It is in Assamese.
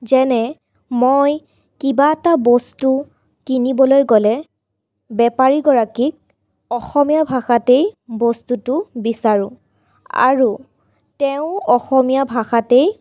যেনে মই কিবা এটা বস্তু কিনিবলৈ গ'লে বেপাৰীগৰাকীক অসমীয়া ভাষাতেই বস্তুটো বিচাৰোঁ আৰু তেওঁও অসমীয়া ভাষাতেই